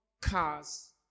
cars